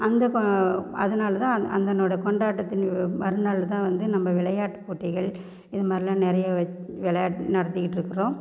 அந்த போ அதனால தான் அதனோட கொண்டாட்டத்தின் மறுநாள் தான் வந்து நம்ம விளையாட்டு போட்டிகள் இது மாதிரிலாம் நிறைய விளையாட்டு நடத்திக்கிட்டு இருக்கிறோம்